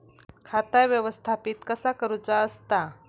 खाता व्यवस्थापित कसा करुचा असता?